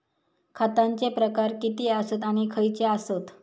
खतांचे प्रकार किती आसत आणि खैचे आसत?